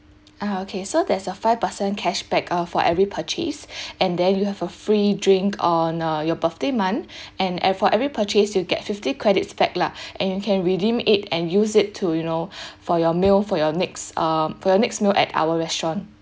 ah okay so there's a five percent cashback uh for every purchase and then you have a free drink on uh your birthday month and and for every purchase you get fifty credits back lah and you can redeem it and use it to you know for your meal for your next um for your next meal at our restaurant